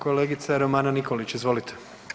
Kolegica Romana Nikolić, izvolite.